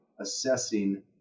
assessing